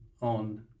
on